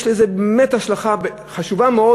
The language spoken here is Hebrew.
יש לזה באמת השלכה חשובה מאוד,